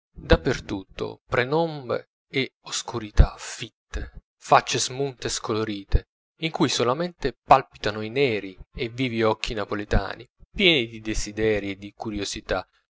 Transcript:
pertutto penombre ed oscurità fitte facce smunte e scolorite in cui solamente palpitano i neri e vivi occhi napoletani pieni di desiderii e di curiosità